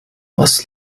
was